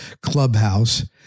clubhouse